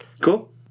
Cool